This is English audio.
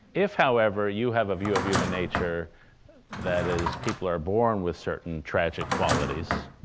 if, however, you have a view of human nature that is people are born with certain tragic qualities,